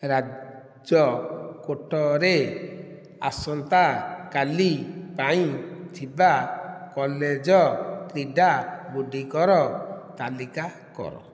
ରାଜକୋଟରେ ଆସନ୍ତାକାଲି ପାଇଁ ଥିବା କଲେଜ କ୍ରୀଡ଼ାଗୁଡ଼ିକର ତାଲିକା କର